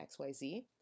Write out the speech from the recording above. XYZ